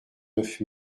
neuf